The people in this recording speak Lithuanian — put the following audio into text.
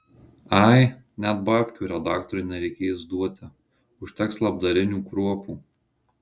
ai net babkių redaktoriui nereikės duoti užteks labdarinių kruopų